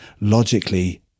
logically